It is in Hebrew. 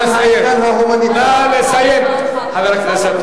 חבר הכנסת.